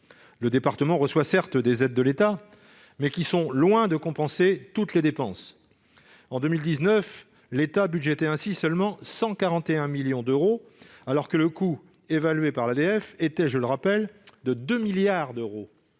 Certes, il reçoit des aides de l'État, mais celles-ci sont loin de compenser toutes les dépenses. En 2019, l'État budgétait ainsi seulement 141 millions d'euros, alors que le coût évalué par l'ADF était- je le rappelle -de 2 milliards d'euros.